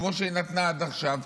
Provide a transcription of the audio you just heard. כמו שהיא נתנה עד עכשיו,